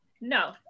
No